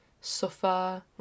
Suffer